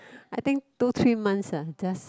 I think two three months uh just